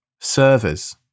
servers